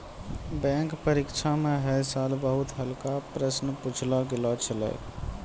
bank परीक्षा म है साल बहुते हल्का प्रश्न पुछलो गेल छलै